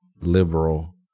liberal